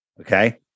Okay